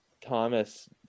Thomas